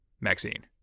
Maxine